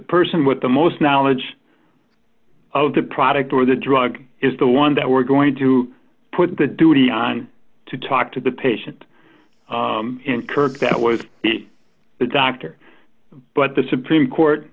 person with the most knowledge of the product or the drug is the one that we're going to put the duty on to talk to the patient and kirk that was the doctor but the supreme court